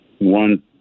one